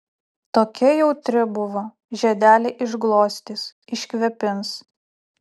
tokia jautri buvo žiedelį išglostys iškvėpins